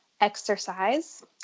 Exercise